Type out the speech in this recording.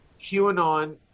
QAnon